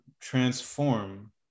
transform